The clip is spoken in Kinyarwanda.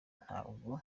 ntabwo